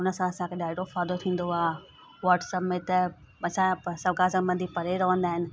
उन सां असांखे ॾाढो फ़ाइदो थींदो आहे व्हाटसप में त असांजा सॻा संबंधी परे रवंदा आहिनि